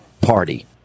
Party